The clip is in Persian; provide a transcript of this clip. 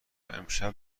امشب